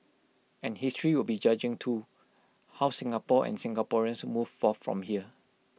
and history will be judging too how Singapore and Singaporeans move forth from here